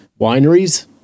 wineries